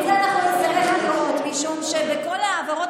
את זה אנחנו נצטרך לראות, משום שבכל העברות